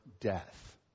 death